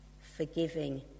forgiving